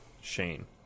Shane